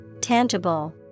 tangible